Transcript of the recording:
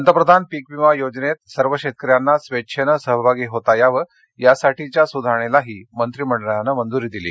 पंतप्रधान पीक वीमा योजनेत सर्व शेतकऱ्यांना स्वेच्छेनं सहभागी होता यावं यासाठीच्या सुधारणेलाही मंत्रिमंडळानं मंजूरी दिली